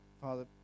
Father